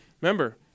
Remember